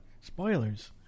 spoilers